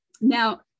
Now